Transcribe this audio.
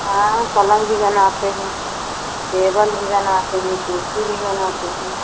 हाँ पलंग भी बनाते हैं टेबल भी बनाते हैं कुर्सी भी बनाते हैं